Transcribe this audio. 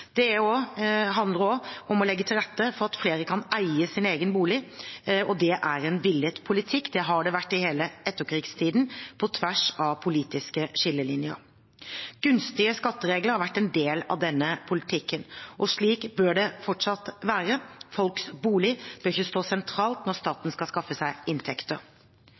Det handler også om å legge til rette for at flere kan eie sin egen bolig, og det er en villet politikk. Det har det vært i hele etterkrigstiden, på tvers av politiske skillelinjer. Gunstige skatteregler har vært en del av denne politikken. Slik bør det fortsatt være. Folks bolig bør ikke stå sentralt når staten skal skaffe seg inntekter.